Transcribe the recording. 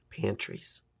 pantries